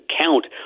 count